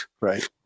right